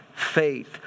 faith